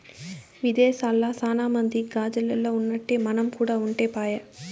విదేశాల్ల సాన మంది గాజిల్లల్ల ఉన్నట్టే మనం కూడా ఉంటే పాయె